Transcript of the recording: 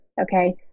okay